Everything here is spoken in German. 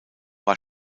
war